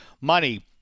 Money